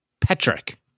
Patrick